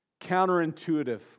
counterintuitive